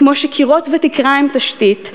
כמו שקירות ותקרה הם תשתית,